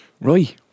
Right